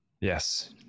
yes